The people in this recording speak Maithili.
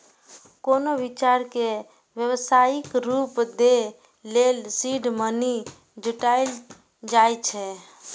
कोनो विचार कें व्यावसायिक रूप दै लेल सीड मनी जुटायल जाए छै